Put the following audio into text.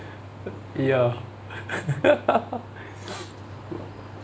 ya